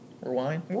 rewind